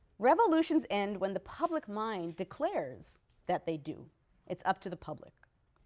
revolutions end when the public mind declares that they do it's up to the public.